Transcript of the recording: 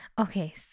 okay